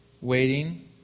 waiting